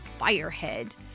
firehead